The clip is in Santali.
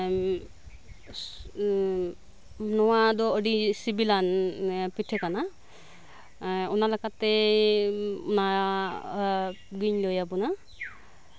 ᱮᱜ ᱱᱚᱣᱟ ᱫᱚ ᱟᱹᱰᱤ ᱥᱤᱵᱤᱞᱟᱱ ᱯᱤᱴᱷᱟᱹ ᱠᱟᱱᱟ ᱚᱱᱟ ᱞᱮᱠᱟᱛᱮ ᱚᱱᱟ ᱜᱤᱧ ᱞᱟᱹᱭ ᱟᱵᱚᱱᱟ